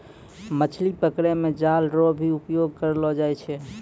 मछली पकड़ै मे जाल रो भी इस्तेमाल करलो जाय छै